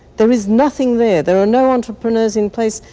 there is nothing there. there are no entrepreneurs in place,